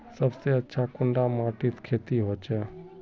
सबसे अच्छा कुंडा माटित खेती होचे?